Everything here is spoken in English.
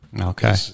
Okay